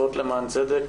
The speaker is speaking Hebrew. שטרן, אבות למען צדק.